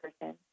person